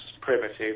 primitive